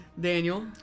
Daniel